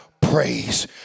praise